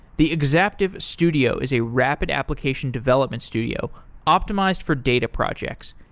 the exaptive studio is a rapid application development studio optimized for data projects.